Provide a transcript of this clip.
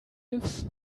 lives